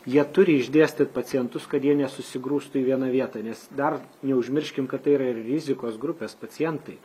jie turi išdėstyt pacientus kad jie nesusigrūstų į vieną vietą nes dar neužmirškim kad tai yra ir rizikos grupės pacientai